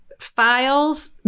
Files